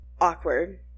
awkward